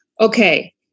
okay